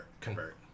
convert